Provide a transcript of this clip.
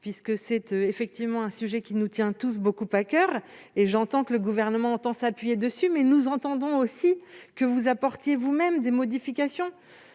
Sénat. C'est effectivement un sujet qui nous tient beaucoup à coeur. J'entends que le Gouvernement entend s'appuyer sur ses conclusions, mais nous attendons aussi que vous apportiez vous-même des modifications,